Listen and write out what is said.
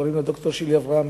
קוראים לה ד"ר שירלי אברמי.